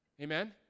Amen